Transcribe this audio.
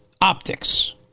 optics